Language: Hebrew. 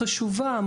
חשובה,